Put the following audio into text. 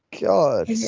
God